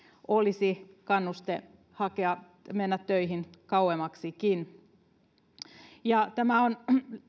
olisi kannuste hakea mennä töihin kauemmaksikin tämä